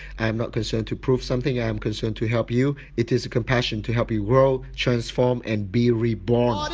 i am not concerned to prove something i am concerned to help you. it is a compassion to help you grow, transform, and be reborn.